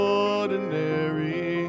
ordinary